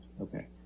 okay